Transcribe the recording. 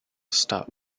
stub